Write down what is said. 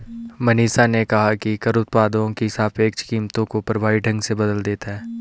मनीषा ने कहा कि कर उत्पादों की सापेक्ष कीमतों को प्रभावी ढंग से बदल देता है